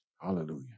Hallelujah